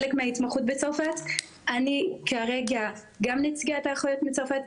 אני כרגע גם נציגת האחיות מצרפת,